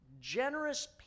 generous